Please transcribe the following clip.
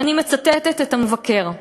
ואני מצטטת את המבקר: